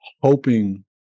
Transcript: hoping